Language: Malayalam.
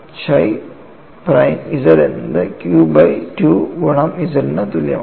chi പ്രൈം z എന്നത് q ബൈ 2 ഗുണം z നു തുല്യമാണ്